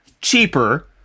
cheaper